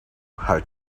how